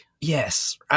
yes